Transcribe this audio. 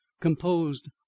composed